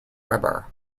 webber